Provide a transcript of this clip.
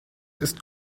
ist